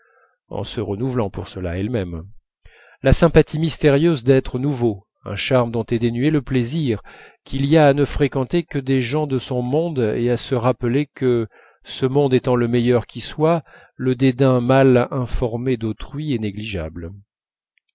en se renouvelant pour cela elle-même la sympathie mystérieuse d'êtres nouveaux un charme dont est dénué le plaisir qu'il y a à ne fréquenter que des gens de son monde et à se rappeler que ce monde étant le meilleur qui soit le dédain mal informé d'autrui est négligeable